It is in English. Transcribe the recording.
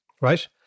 right